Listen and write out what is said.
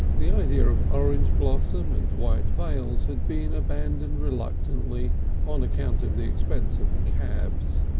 the idea of orange blossom and white veils had been abandoned reluctantly on account of the expense of cabs.